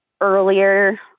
earlier